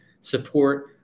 support